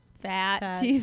fat